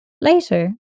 Later